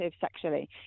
sexually